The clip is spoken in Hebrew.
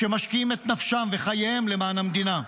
שמשקיעים את נפשם וחייהם למען המדינה.